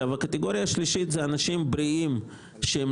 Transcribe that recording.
הקטגוריה השלישית זה אנשים בריאים שהם